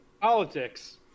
politics